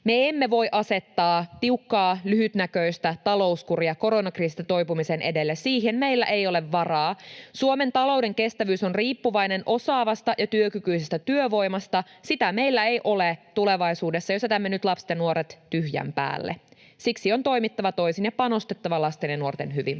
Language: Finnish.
Me emme voi asettaa tiukkaa, lyhytnäköistä talouskuria koronakriisistä toipumisen edelle. Siihen meillä ei ole varaa. Suomen talouden kestävyys on riippuvainen osaavasta ja työkykyisestä työvoimasta. Sitä meillä ei ole tulevaisuudessa, jos jätämme nyt lapset ja nuoret tyhjän päälle. Siksi on toimittava toisin ja panostettava lasten ja nuorten hyvinvointiin.